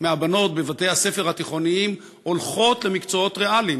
מהבנות בבתי-הספר התיכוניים הולכות למקצועות ריאליים,